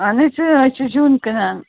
اَہن حظ أسۍ چھِ أسۍ چھِ زیُن کٕنان